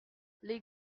les